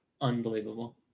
unbelievable